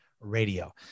radio